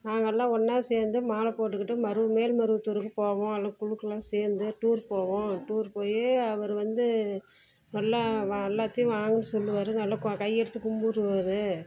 நாங்கள்லாம் ஒன்னாக சேர்ந்து மாலை போட்டுக்கிட்டு மேல்மருவத்தூருக்கு போவோம் எல்லாம் குழுக்களா சேர்ந்து டூர் போவோம் டூர் போய் அவர் வந்து எல்லாம் எல்லாத்தையும் வாங்க சொல்வாரு நல்லா கையெடுத்து கும்பிடுவாரு